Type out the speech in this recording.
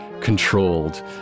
controlled